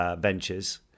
Ventures